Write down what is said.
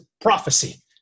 prophecy